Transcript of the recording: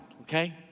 okay